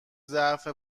ظرف